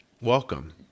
welcome